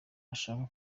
bashaka